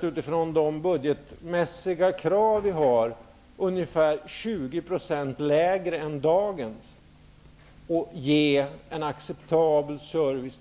utifrån de budgetmässiga krav vi har, som är ungefär 20 % lägre än dagens, samtidigt som medborgarna ges en acceptabel service.